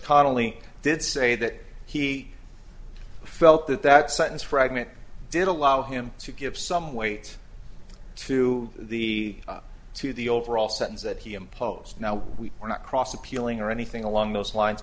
connelly did say that he felt that that sentence fragment did allow him to give some weight to the to the overall sentence that he imposed now we were not cross appealing or anything along those lines